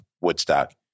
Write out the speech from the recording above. Woodstock